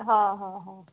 हां हां हां